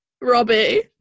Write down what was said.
Robbie